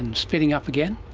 and speeding up again.